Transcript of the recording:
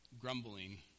grumbling